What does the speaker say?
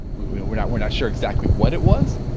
we're we're not we're not sure exactly what it was,